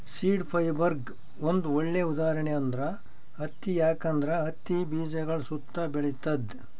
seed ಫೈಬರ್ಗ್ ಒಂದ್ ಒಳ್ಳೆ ಉದಾಹರಣೆ ಅಂದ್ರ ಹತ್ತಿ ಯಾಕಂದ್ರ ಹತ್ತಿ ಬೀಜಗಳ್ ಸುತ್ತಾ ಬೆಳಿತದ್